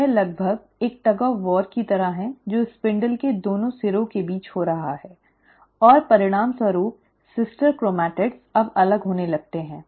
यह लगभग एक रस्साकशी की तरह है जो स्पिंडल के दोनों सिरों के बीच हो रहा है और परिणामस्वरूप सिस्टर क्रोमैटिड अब अलग होने लगते हैं